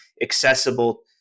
accessible